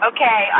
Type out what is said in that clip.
Okay